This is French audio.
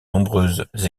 nombreuses